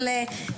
אליהן,